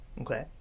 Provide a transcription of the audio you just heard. Okay